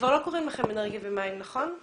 כבר לא קוראים לכם אנרגיה ומים, נכון?